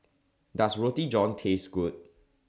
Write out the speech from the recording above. Does Roti John Taste Good